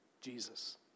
Jesus